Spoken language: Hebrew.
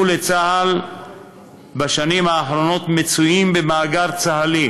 לצה"ל בשנים האחרונות מצויים במאגר צה"לי,